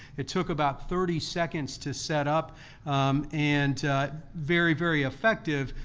it took about thirty seconds to set up and very, very effective.